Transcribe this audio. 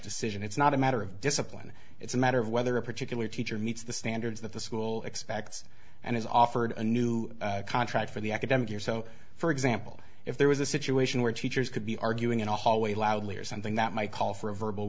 decision it's not a matter of discipline it's a matter of whether a particular teacher meets the standards that the school expects and is offered a new contract for the academic year so for example if there was a situation where teachers could be arguing in a hallway loudly or something that might call for a verbal